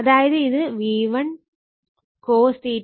അതായത് ഇത് VI cos VI sin രൂപത്തിലാണ്